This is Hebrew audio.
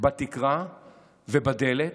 בתקרה ובדלת,